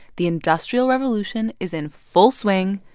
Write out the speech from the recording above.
the industrial revolution is in full swing,